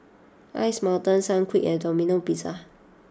Ice Mountain Sunquick and Domino Pizza